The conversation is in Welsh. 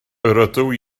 rydw